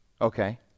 Okay